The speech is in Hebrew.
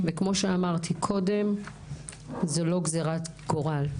וכמו שאמרתי קודם - זו לא גזירת גורל.